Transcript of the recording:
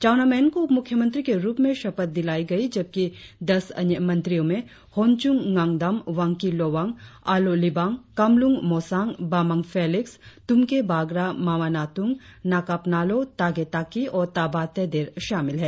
चाउना मैन को उप मुख्यमंत्री के रुप में शपथ दिलाई गई जबकि दस अन्य मंत्रियों में होन्चून डादम वांकी लोवांग आलो लिबांग कामलूंग मोसांग बामंग फेलिक्स तुमके बागरा मामा नातुंग नाकप नालों तागे ताकी और ताबा तेदिर शामिल है